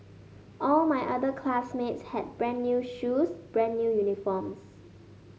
all my other classmates had brand new shoes brand new uniforms